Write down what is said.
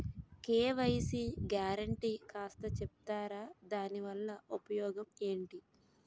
KYC guarantee కాస్త చెప్తారాదాని వల్ల ఉపయోగం ఎంటి?